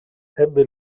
ebbe